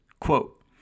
Quote